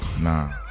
nah